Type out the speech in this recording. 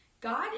God